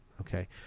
okay